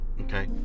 okay